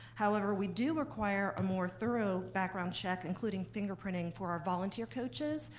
however, we do require a more thorough background check, including fingerprinting, for our volunteer coaches.